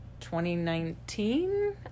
2019